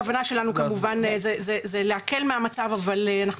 הכוונה שלנו היא גם כמובן להקל במצב אבל אנחנו